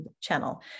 channel